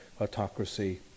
autocracy